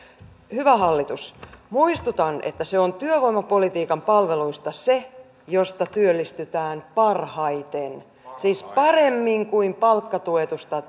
hyvä hallitus muistutan että se on työvoimapolitiikan palveluista se josta työllistytään parhaiten siis paremmin kuin palkkatuetusta